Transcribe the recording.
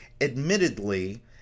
Admittedly